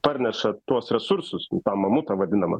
parneša tuos resursus nu tą mamutą vadinamą